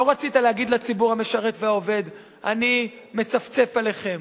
לא רצית להגיד לציבור המשרת והעובד: אני מצפצף עליכם,